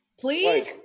Please